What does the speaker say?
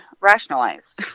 rationalize